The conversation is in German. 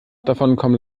davonkommen